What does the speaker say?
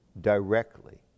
directly